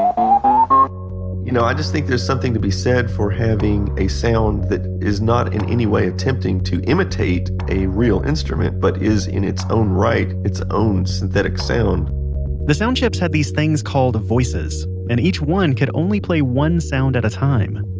um you know i just think there's something to be said for having a sound that is not in any way attempting to imitate a real instrument, but is in its own right its own synthetic sound the sound chips had these things called voices. and each one could only play one sound at a time.